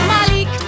Malik